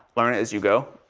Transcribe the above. learn it as you go.